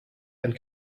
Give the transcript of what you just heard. and